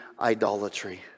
idolatry